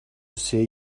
say